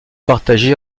partagé